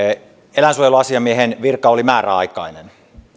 eläinsuojeluasiamiehen virka oli määräaikainen